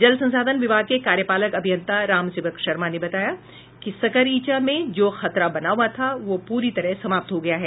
जल संसाधन विभाग के कार्यपालक अभियंता रामसेवक शर्मा ने बताया कि सकरईचा में जो खतरा बना हुआ था वह पूरी तरह समाप्त हो गया है